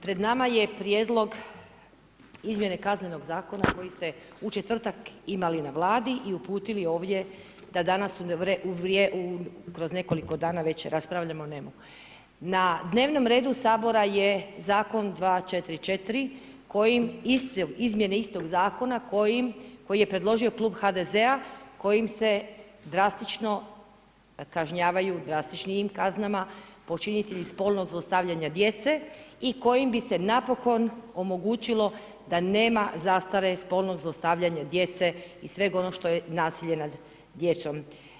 Pred nama je Prijedlog izmjene KZ-a koji ste u četvrtak imali na Vladi i uputili ovdje da danas kroz nekoliko dana već raspravljamo ... Na dnevnom redu Sabora je Zakon 244 kojim izmjene istog Zakona koji je predložio Klub HDZ-a kojim se drastično kažnjavaju drastičnijim kaznama počinitelji spolnog zlostavljanja djece i kojim bi se napokon omogućilo da nema zastare spolnog zlostavljanja djece i sveg onog što je nasilje nad djecom.